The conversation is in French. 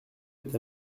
est